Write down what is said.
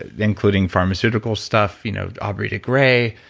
including pharmaceutical stuff you know aubrey de grey,